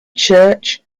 church